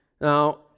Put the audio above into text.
Now